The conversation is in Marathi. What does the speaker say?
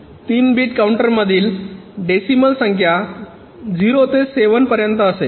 3 बिट काउंटरमधील डेसिमल संख्या 0 ते 7 पर्यंत असेल